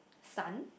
sun